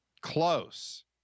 Close